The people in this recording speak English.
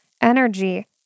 energy